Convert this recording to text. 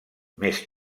més